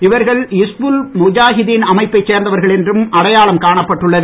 இவர்கள் இஸ்புல் முஜாகிதின் அமைப்பைச் சேர்ந்தவர்கள் என்றும் அடையாளம் காணப்பட்டுள்ளது